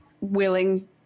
willing